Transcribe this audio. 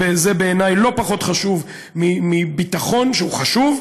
בעיניי זה לא פחות חשוב מביטחון, שהוא חשוב,